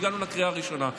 והגענו לקריאה הראשונה.